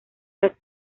las